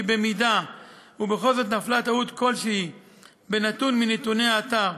אם בכל זאת נפלה טעות כלשהי בנתון מנתוני האתר,